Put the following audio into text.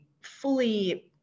fully